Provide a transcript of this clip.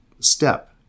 step